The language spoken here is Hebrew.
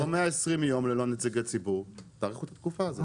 ללא נציגי ציבור, להאריך את התקופה.